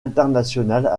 internationales